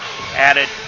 added